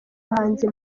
bahanzi